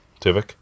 Tivik